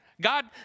God